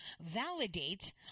validate